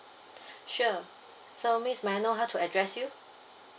sure so miss may I know how to address you